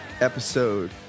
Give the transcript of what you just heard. episode